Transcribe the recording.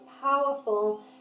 powerful